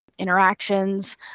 interactions